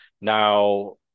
Now